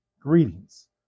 greetings